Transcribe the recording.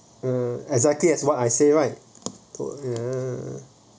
exactly that's what I say right ya